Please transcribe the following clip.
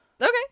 Okay